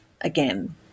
again